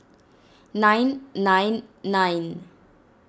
nine nine nine